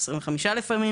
היום כ"ב בתמוז התשפ"ג.